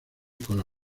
cola